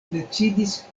decidis